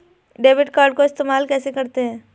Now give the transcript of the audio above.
Debit card को इस्तेमाल कैसे करते हैं?